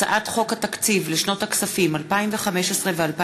הצעת חוק התקציב לשנות הכספים 2015 ו-2016,